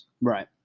Right